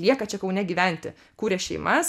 lieka čia kaune gyventi kuria šeimas